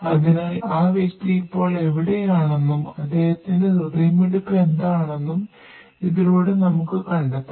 അതിനാൽ ആ വ്യക്തി ഇപ്പോൾ എവിടെയാണെന്നും അദ്ദേഹത്തിന്റെ ഹൃദയമിടിപ്പ് എന്താണെന്നും ഇതിലൂടെ നമുക്ക് കണ്ടെത്താം